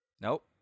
Nope